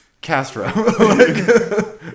Castro